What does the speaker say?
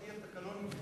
על-פי התקנון,